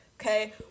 okay